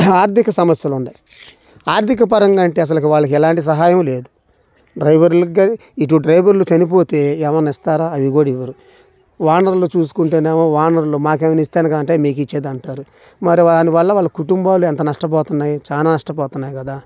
ఆర్థిక సమస్యలు ఉన్నాయి ఆర్థికపరంగా అంటే అసలకి వాళ్ళకి ఎలాంటి సహాయం లేదు డ్రైవర్లుకి కానీ ఇటు డ్రైవర్లు చనిపోతే ఏమన్న ఇస్తారా అది కూడా ఇవ్వరు ఓనర్లు చూసుకుంటేనేమో ఓనర్లు మాకు ఏమన్నా ఇస్తానుగా అంటే మీకు ఇచ్చేదా అంటారు మరి దాని వల్ల కుటుంబాల ఎంత నష్టపోతున్నయ్ చాలా నష్టపోతున్నాయి కదా